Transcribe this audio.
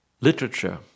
Literature